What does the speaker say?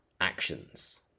actions